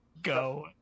Go